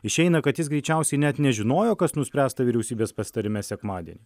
išeina kad jis greičiausiai net nežinojo kas nuspręsta vyriausybės pasitarime sekmadienį